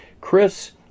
Chris